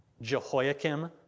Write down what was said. Jehoiakim